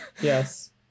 Yes